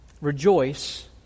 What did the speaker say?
rejoice